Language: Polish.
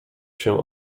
się